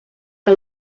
que